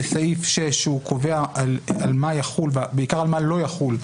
בסעיף 6 הוא קובע על מה יחולו ובעיקר על מה לא יחולו,